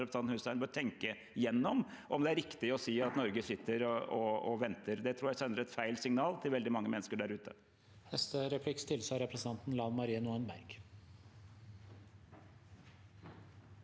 Hussein bør tenke gjennom om det er riktig å si at Norge sitter og venter. Det tror jeg sender et feil signal til veldig mange mennesker der ute.